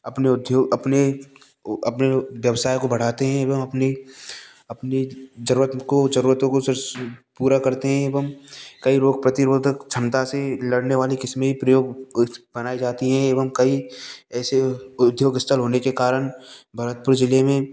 अपने उद्योग अपने अपने व्यवसाय को बढ़ाते हैं एवं अपनी अपनी ज़रूरत को ज़रूरतों को सीस पूरा करते हैं एवं कई रोग प्रतिरोधक क्षमता से लड़ने वाली किस्में प्रयोग बनाई जाती हैं एवं कई ऐसे उद्योग स्थल होने के कारण भरतपुर ज़िले में